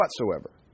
whatsoever